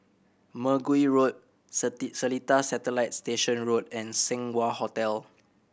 Mergui Road Seletar Satellite Station Road and Seng Wah Hotel